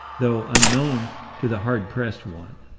though unknown to the hard-pressed one.